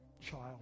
Child